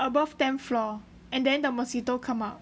above tenth floor and then the mosquito come up